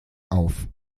auf